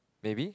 maybe